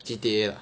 G_T_A lah